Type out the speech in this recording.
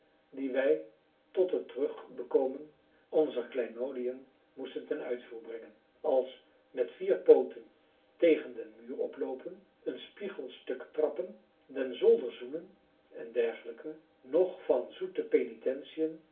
die wij tot het terugbekomen onzer kleinoodiën moesten ten uitvoer brengen als met vier pooten tegen den muur oploopen een spiegel stuk trappen den zolder zoenen en dergelijke noch van zoete penitentiën